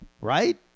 right